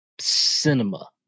cinema